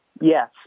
Yes